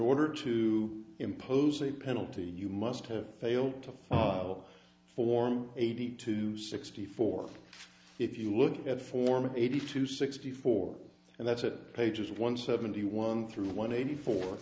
order to impose a penalty you must have failed to follow form eighty two sixty four if you look at former eighty two sixty four and that's a pages one seventy one through one eighty four